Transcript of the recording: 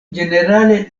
ĝenerale